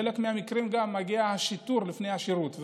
בחלק מהמקרים מגיע השיטור לפני השירות,